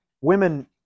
Women